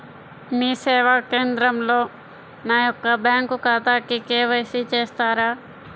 మీ సేవా కేంద్రంలో నా యొక్క బ్యాంకు ఖాతాకి కే.వై.సి చేస్తారా?